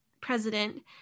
president